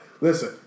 Listen